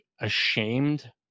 ashamed